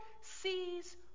sees